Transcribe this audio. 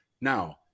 Now